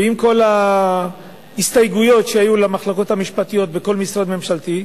ועם כל ההסתייגויות שהיו למחלקות המשפטיות בכל משרד ממשלתי,